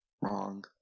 Wrong